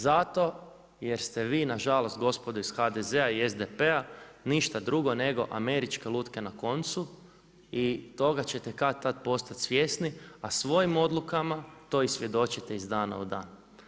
Zato jer ste vi nažalost gospodo iz HDZ-a i SDP-a ništa drugo nego američke lutke na koncu i toga ćete kad tada poslati svjesni, a svojim odlukama to i svjedočite iz dana u dan.